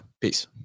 Peace